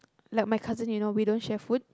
like my cousin you know we don't share food